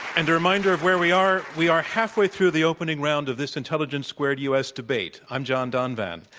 and reminder of where we are. we are halfway through the opening round of this intelligence squared u. s. debate. i'm john donvan.